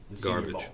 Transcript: Garbage